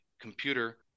computer